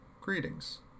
Greetings